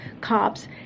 cops